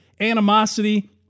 Animosity